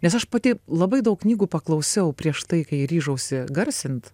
nes aš pati labai daug knygų paklausiau prieš tai kai ryžausi garsint